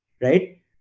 right